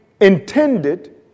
intended